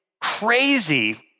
crazy